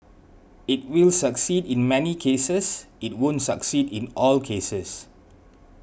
it will succeed in many cases it won't succeed in all cases